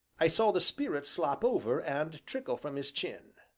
i saw the spirit slop over, and trickle from his chin.